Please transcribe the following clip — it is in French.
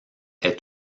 est